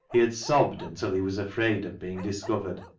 he had sobbed until he was afraid of being discovered,